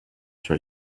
sur